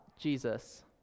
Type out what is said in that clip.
Jesus